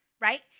right